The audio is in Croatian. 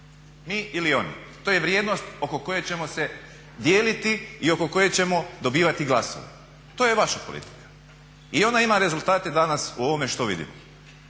mi ili oni. To je vrijednost oko koje ćemo se dijeliti i oko koje ćemo dobivati glasove. To je vaša politika i onda ima rezultate danas u ovome što vidimo.